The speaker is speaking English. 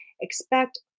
expect